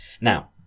Now